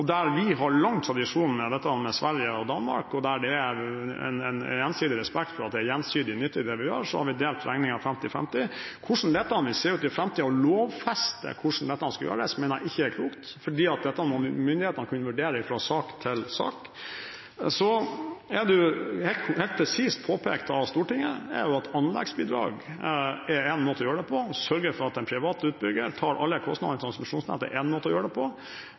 der vi har lang tradisjon med dette med Sverige og Danmark, og der det er en gjensidig respekt for at det er gjensidig nytte ved det vi gjør, har vi delt regningen 50–50. Hvordan dette vil se ut i framtiden, det å lovfeste hvordan dette skal gjøres, mener jeg ikke er klokt, fordi dette må myndighetene kunne vurdere fra sak til sak. Så er det helt presist påpekt av Stortinget at anleggsbidrag er en måte å gjøre det på, og å sørge for at en privat utbygger tar alle kostnadene i transmisjonsnettet, er en måte å gjøre det på.